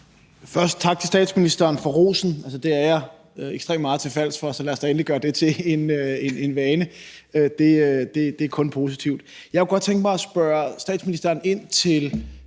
sige tak til statsministeren for rosen. Altså, det er jeg ekstremt meget til fals for, så lad os da endelig gøre det til en vane; det er kun positivt. Jeg kunne godt tænke mig at spørge statsministeren ind til